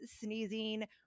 sneezing